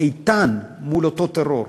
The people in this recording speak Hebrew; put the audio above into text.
איתן מול אותו טרור.